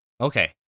Okay